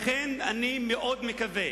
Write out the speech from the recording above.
לכן אני מאוד מקווה,